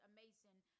Amazing